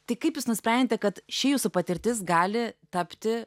tai kaip jūs nusprendėte kad ši jūsų patirtis gali tapti